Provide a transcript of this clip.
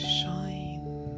shine